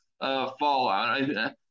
Fallout